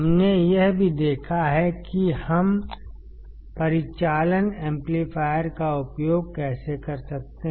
हमने यह भी देखा है कि हम परिचालन एम्पलीफायर का उपयोग कैसे कर सकते हैं